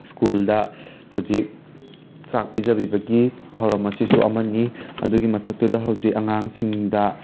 ꯁ꯭ꯀꯨꯜꯗ ꯍꯧꯖꯤꯛ ꯆꯥꯛ ꯄꯤꯖꯕꯤꯕꯒꯤ ꯊꯧꯔꯝ ꯑꯁꯤꯁꯨ ꯑꯃꯅꯤ ꯑꯗꯨꯒꯤ ꯃꯊꯛꯇꯨꯗ ꯍꯧꯖꯤꯛ ꯑꯉꯥꯡꯁꯤꯡꯗ